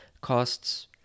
costs